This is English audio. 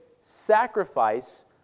sacrifice